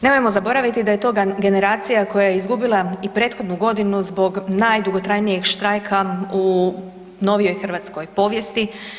Nemojmo zaboraviti da je to generacija koja je izgubila i prethodnu godinu zbog najdugotrajnijeg štrajka u novijoj hrvatskoj povijesti.